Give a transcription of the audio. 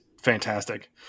fantastic